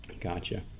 Gotcha